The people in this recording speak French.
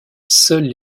seules